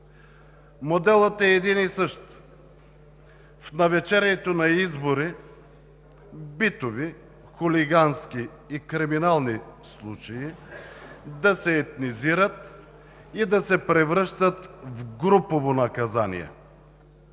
Моделът е един и същ. В навечерието на избори – битови, хулигански и криминални случаи да се етнизират и да се превръщат в групово наказание,